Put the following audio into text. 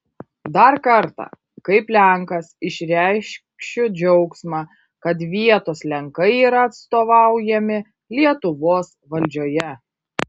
dar kartą kaip lenkas išreikšiu džiaugsmą kad vietos lenkai yra atstovaujami lietuvos valdžioje